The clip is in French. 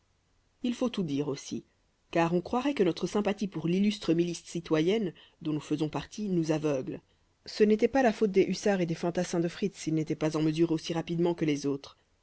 il faut tout dire aussi car on croirait que notre sympathie pour l'illustre milice citoyenne dont nous faisons partie nous aveugle ce n'était pas la faute des hussards et des fantassins de fritz s'ils n'étaient pas en mesure aussi rapidement que les autres